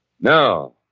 No